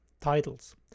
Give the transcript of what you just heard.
Titles